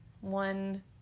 One